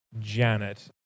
Janet